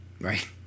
right